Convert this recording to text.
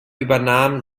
übernahm